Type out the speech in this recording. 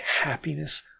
happiness